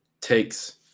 takes